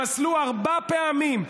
פסלו ארבע פעמים,